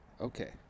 Okay